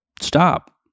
stop